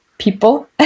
people